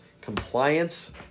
compliance